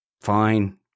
fine